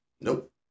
Nope